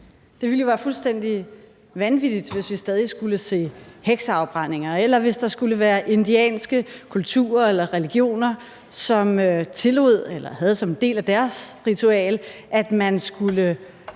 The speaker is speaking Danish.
Det ville jo være fuldstændig vanvittigt, hvis vi stadig skulle se hekseafbrændinger, eller hvis der skulle være indianske kulturer eller religioner, som havde som en del af deres ritual, at man skulle